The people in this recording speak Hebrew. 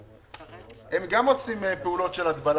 הם גם עושים פעולות של הטבלה?